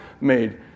made